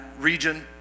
region